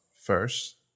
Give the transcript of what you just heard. first